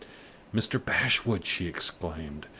mr. bashwood! she exclaimed,